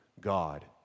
God